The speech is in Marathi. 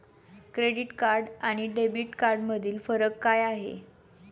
क्रेडिट कार्ड आणि डेबिट कार्डमधील फरक काय आहे?